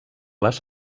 les